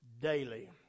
daily